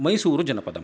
मैसूरुजनपदम्